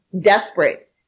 desperate